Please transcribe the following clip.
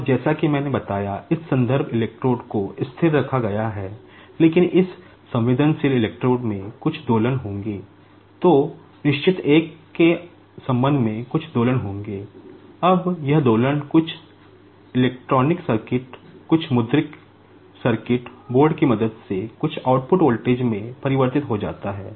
और जैसा कि मैंने बताया कि इस रेफ्रेन्स इलेक्ट्रोड बोर्ड की मदद से कुछ आउटपुट वोल्टेज में परिवर्तित हो जाता है